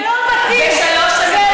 זה לא מתאים לך.